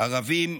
ערבים,